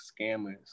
scammers